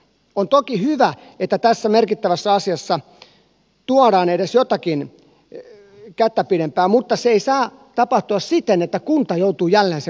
on toki hyvä että tässä merkittävässä asiassa tuodaan edes jotakin kättä pidempää mutta se ei saa tapahtua siten että kunta joutuu jälleen sen maksamaan